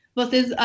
vocês